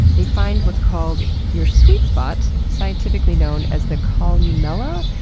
they find what's called your sweet spot, scientifically known as the columella,